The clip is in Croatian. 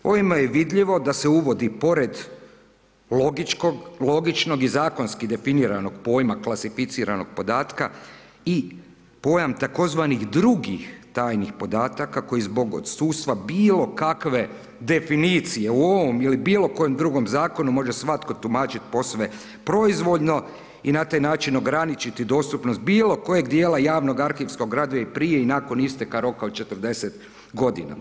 Ovime je vidljivo da se uvodi pored logičnog i zakonski definiranog pojma klasificiranog podatka i pojam tzv. drugih tajnih podataka koji zbog odsustva bilo kakve definicije u ovom ili bilo kojem drugom zakonu može svatko tumačiti posve proizvoljno i na taj način ograničiti dostupnost bilo kojeg dijela javnog arhivskog gradiva i prije i nakon isteka roka od 40 godina.